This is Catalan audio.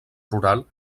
rural